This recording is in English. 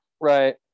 right